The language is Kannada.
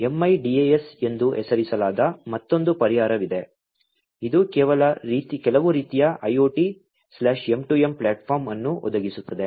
MIDAS ಎಂದು ಹೆಸರಿಸಲಾದ ಮತ್ತೊಂದು ಪರಿಹಾರವಿದೆ ಇದು ಕೆಲವು ರೀತಿಯ IoTM2M ಪ್ಲಾಟ್ಫಾರ್ಮ್ ಅನ್ನು ಒದಗಿಸುತ್ತದೆ